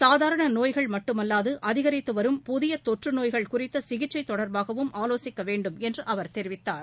சாதாரணநோய்கள் மட்டுமல்லாதுஅதிகரித்துவரும் புதியதொற்றுநோய்கள் குறித்தசிகிச்சைதொடர்பாகவும் ஆலோசிக்கவேண்டும் என்றுஅவர் தெரிவித்தார்